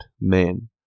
men